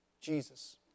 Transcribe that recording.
Jesus